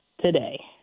today